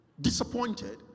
disappointed